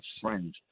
friends